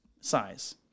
size